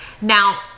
now